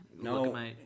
no